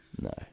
No